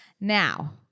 Now